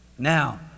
Now